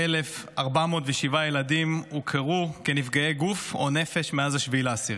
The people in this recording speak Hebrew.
19,407 ילדים הוכרו כנפגעי גוף או נפש מאז 7 באוקטובר,